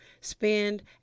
spend